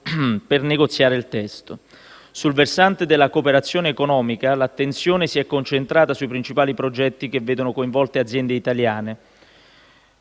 per negoziare il testo. Sul versante della cooperazione economica, l'attenzione si è concentrata sui principali progetti che vedono coinvolte aziende italiane.